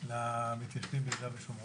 למתיישבים ביהודה ושומרון.